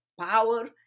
power